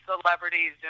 Celebrities